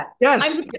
Yes